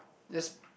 just